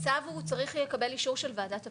הצו צריך לקבל אישור של וועדת הפנים.